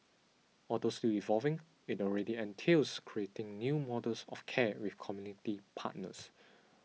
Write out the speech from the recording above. although still evolving it already entails creating new models of care with community partners